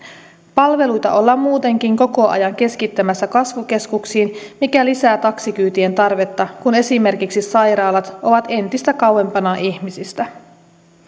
palveluita ollaan muutenkin koko ajan keskittämässä kasvukeskuksiin mikä lisää taksikyytien tarvetta kun esimerkiksi sairaalat ovat entistä kauempana ihmisistä